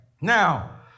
Now